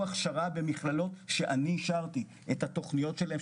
הכשרה במכללות שאני אישרתי את התוכניות שלהן,